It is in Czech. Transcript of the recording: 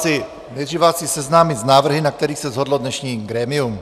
Nejdříve vás chci seznámit s návrhy, na kterých se shodlo dnešní grémium.